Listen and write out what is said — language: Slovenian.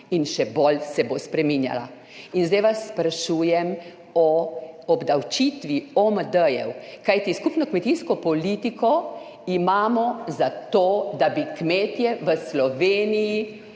in še bolj se bo spreminjala. In zdaj vas sprašujem o obdavčitvi OMD-jev, kajti skupno kmetijsko politiko imamo zato, da bi kmetje v Sloveniji